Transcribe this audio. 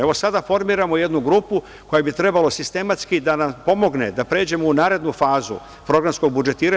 Evo, sada formiramo jednu grupu koja bi trebalo sistematski da nam pomogne da pređemo u narednu fazu programskog budžetiranja.